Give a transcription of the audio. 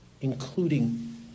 including